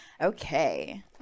okay